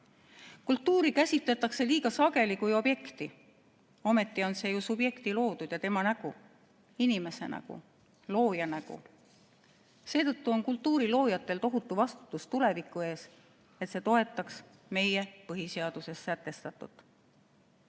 Kultuuri käsitletakse liiga sageli kui objekti. Ometi on see subjekti loodud ja tema nägu, inimese nägu, looja nägu. Seetõttu on kultuuriloojatel tohutu vastutus tuleviku ees, et see toetaks meie põhiseaduses sätestatut.